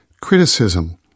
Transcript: criticism